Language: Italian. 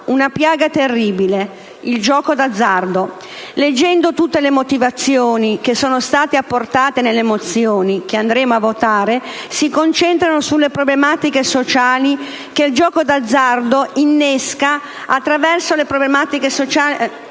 una piaga terribile: il gioco d'azzardo. Leggendo tutte le motivazioni che sono state apportate nelle mozioni che andremo a votare, questa si concentrano sulle problematiche sociali che il gioco d'azzardo innesca attraverso la sua forma